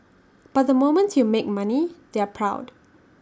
but the moment you make money they're proud